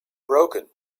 broken